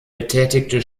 betätigte